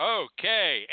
okay